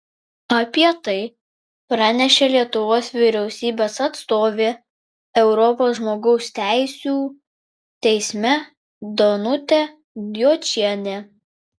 apie tai pranešė lietuvos vyriausybės atstovė europos žmogaus teisių teisme danutė jočienė